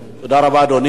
תודה רבה, אדוני.